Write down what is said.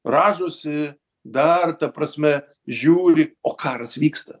rąžosi dar ta prasme žiūri o karas vyksta